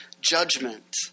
judgment